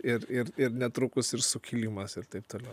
ir ir ir netrukus ir sukilimas ir taip toliau